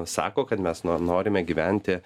sako kad mes no norime gyventi